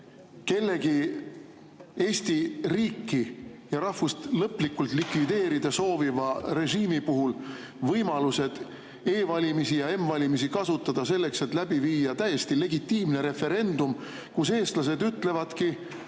mõne Eesti riiki ja rahvust lõplikult likvideerida sooviva režiimi puhul võimaluse neid kasutada selleks, et läbi viia täiesti legitiimne referendum, kus eestlased või